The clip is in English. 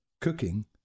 cooking